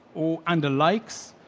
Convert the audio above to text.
or under lakes,